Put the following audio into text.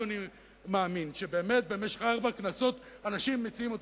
אדוני מאמין שבאמת במשך ארבע כנסות אנשים מציעים את